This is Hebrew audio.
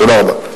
תודה רבה.